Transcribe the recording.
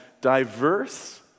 diverse